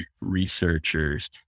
researchers